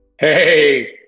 Hey